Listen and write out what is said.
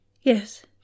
Yes